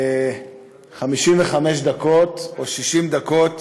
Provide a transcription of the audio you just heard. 55 דקות או 60 דקות